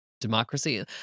democracy